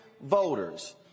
voters